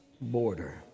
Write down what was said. border